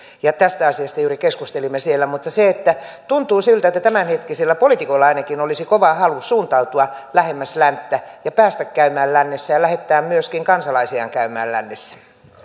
tästä asiasta juuri keskustelimme siellä mutta tuntuu siltä että tämänhetkisillä poliitikoilla ainakin olisi kova halu suuntautua lähemmäs länttä ja päästä käymään lännessä ja lähettää myöskin kansalaisiaan käymään lännessä